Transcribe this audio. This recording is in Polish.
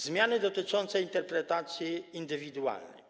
Zmiany dotyczące interpretacji indywidualnych.